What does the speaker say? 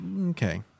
okay